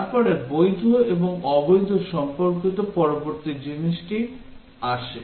তারপরে বৈধ এবং অবৈধ সম্পর্কিত পরবর্তী জিনিসটি আসে